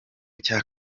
icya